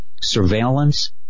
surveillance